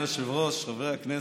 אדוני היושב-ראש, חברי הכנסת,